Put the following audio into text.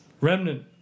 remnant